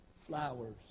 flowers